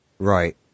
Right